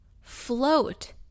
Float